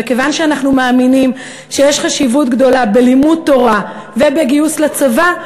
וכיוון שאנחנו מאמינים שיש חשיבות גדולה בלימוד תורה ובגיוס לצבא,